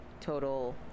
total